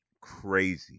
Crazy